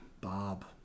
Bob